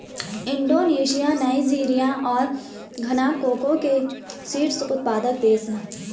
Indonesia Nigeria और Ghana cocoa के शीर्ष उत्पादक देश हैं